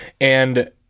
and-